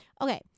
Okay